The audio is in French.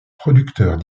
producteurs